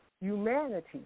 humanity